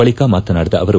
ಬಳಿಕ ಮಾತನಾಡಿದ ಅವರು